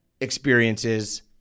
experiences